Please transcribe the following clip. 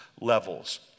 levels